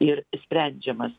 ir sprendžiamas